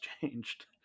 changed